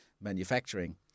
manufacturing